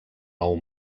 nou